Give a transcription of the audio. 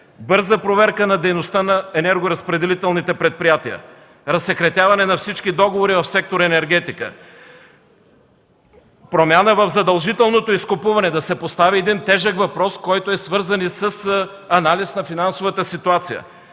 Бърза проверка на дейността на енергоразпределителните предприятия, разсекретяване на всички договори в сектор „Енергетика”, промяна в задължителното изкупуване. Да се постави тежкия въпрос, който е свързан с анализа на финансовата ситуация